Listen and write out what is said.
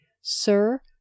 Sir